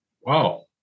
Wow